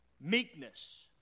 meekness